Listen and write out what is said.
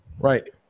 Right